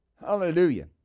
Hallelujah